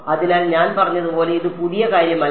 അതിനാൽ ഞാൻ പറഞ്ഞതുപോലെ ഇത് പുതിയ കാര്യമല്ല